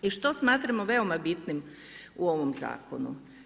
I što smatramo veoma bitnim u ovom zakonu?